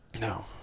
No